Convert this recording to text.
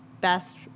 best